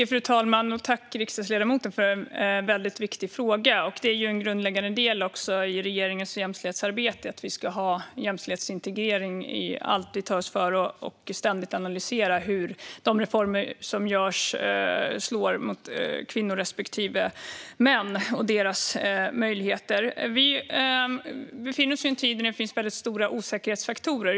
Fru talman! Tack, riksdagsledamoten, för en viktig fråga! Det är en grundläggande del i regeringens jämställdhetsarbete att vi ska ha jämställdhetsintegrering i allt vi tar oss för. Vi ska ständigt analysera hur de reformer som genomförs slår mot kvinnor respektive män och deras möjligheter. Vi befinner oss i en tid där det finns väldigt stora osäkerhetsfaktorer.